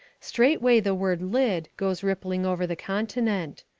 straightway the word lid goes rippling over the continent.